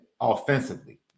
offensively